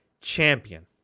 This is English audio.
champion